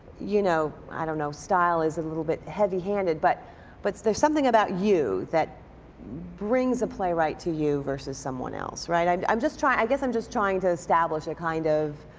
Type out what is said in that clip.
you know, i don't know style is a little bit heavy handed but but there's something about you that brings a playwright to you versus someone else, right? i'm i'm just trying, i guess i'm just trying to establish a kind of,